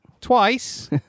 Twice